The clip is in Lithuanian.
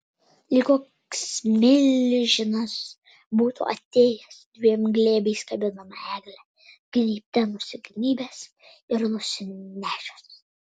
lyg koks milžinas būtų atėjęs dviem glėbiais kabinamą eglę gnybte nusignybęs ir nusinešęs